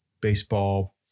baseball